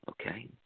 okay